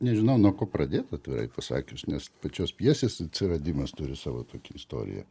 nežinau nuo ko pradėt atvirai pasakius nes pačios pjesės atsiradimas turi savo tokią istoriją